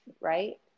right